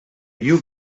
you